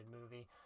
movie